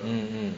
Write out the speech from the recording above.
mm mm